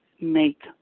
make